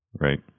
Right